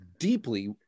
deeply